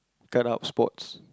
cut out sports